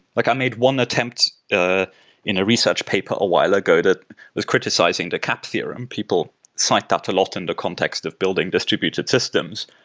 like i made one attempt in a research paper a while ago that was criticizing to cap theorem. people site that a lot in the context of building distributed systems.